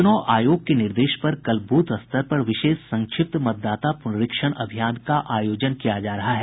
चुनाव आयोग के निर्देश पर कल ब्रथ स्तर पर विशेष संक्षिप्त मतदाता पुनरीक्षण अभियान का आयोजन किया जा रहा है